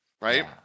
right